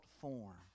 form